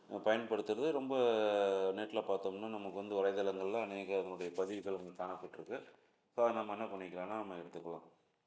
பயப்படுத்துறது ரொம்ப நெட்ல பார்த்தோம்னா நமக்கு வந்து வலைத்தளங்கள்ல அநேக அதனுடைய பதிவுகள் வந்து காணப்பட்டிருக்கு ஸோ நம்ம என்னப் பண்ணிக்கலான்னா நம்ம எடுத்துக்கலாம்